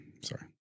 Sorry